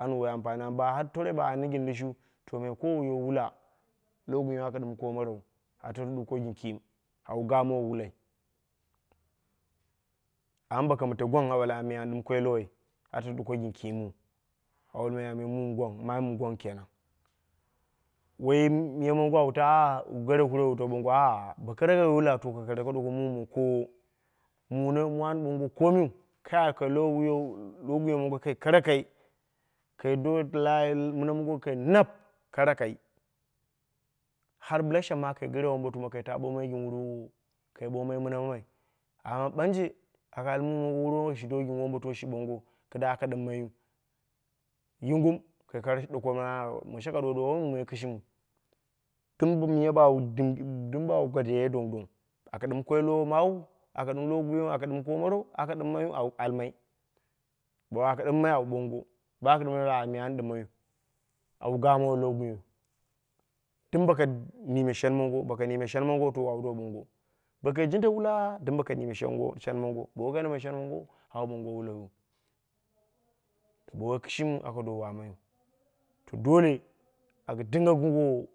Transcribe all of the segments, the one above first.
Anya ɓa har toroi ba ani gɨn lushu ko wu yu wula logunyoi aka ɗɨm komorou ata ɗuko gɨn kiim au gamowo mawu wulai amma boko mɨle gwang an ɓalmai ah me an ɗɨm koi lowoi ata ɗuko ɣin kiimu awu ɓalmai ah me mum gwang mamima gwang kenan. Woi miya mongo au ta gare kure wu tawu ɓoongou ah bo okara bo wula ka ɗuwoko mu gɨn koowo, mu wani ɓoongo komiu kai a koi logunyo rango kara kai kai do kaye mɨna mongo kai nap kara kai, har bɨla shang ma kai gɨre wombotuma kai ɓoomai ko wurukwo, kai ɓoomai mɨna mammai. Amma ɓanje aka al wura kwo shi domanu gɨn wombotuma mɨna mongo kɨdda aka ɗimmaiye yungum kai kara ah ah woi mɨn yimai kɨshimiu ɗɨm bowu miya wu gwade we dong dong, aka ɗɨm koi lowomaa wu? Aka ɗɨm logunyo aka ɗɨm maiyu au almai, bo aka ɗɨmmai awu gamowo logunyoi dɨm boko niimi shenmongo boko nɨime shenmongo to au do ɓoongo. Bo kai jinda wula ɗɨm boko niime shen mongo bo wokai niima shen mongou au ɓoowo tamno wulaiyu, bo woi kɨshimi aka do waamaiyu, to dole aka dinge bogongowo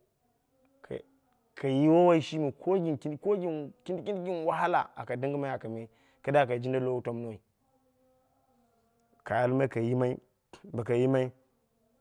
kai ye woiyi shimi ko gin kindi kindi gɨn waha la aka dinɣimai aka yimai kida kai jinda lo tamnoi ka almai kai yimai bo kai yimai.